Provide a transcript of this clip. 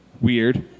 weird